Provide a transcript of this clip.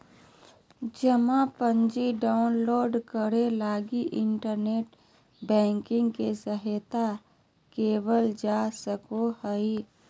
जमा पर्ची डाउनलोड करे लगी इन्टरनेट बैंकिंग के सहायता लेवल जा सको हइ